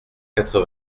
quatre